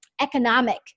economic